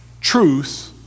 truth